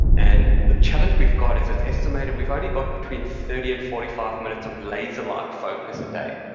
and the challenge we've got is it's estimated we've only got between thirty and forty five minutes of laser-like focus a day.